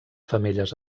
femelles